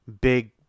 big